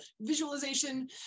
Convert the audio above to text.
visualization